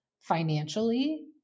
financially